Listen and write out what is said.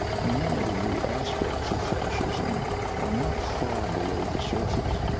many of the aspects of fascism are not far below the surface.